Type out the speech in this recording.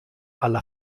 alla